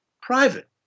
private